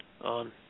on